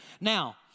Now